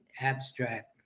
abstract